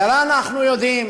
כי הרי אנחנו יודעים